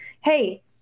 Hey